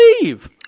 leave